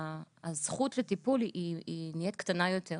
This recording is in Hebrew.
הזכות לטיפול היא קטנה יותר.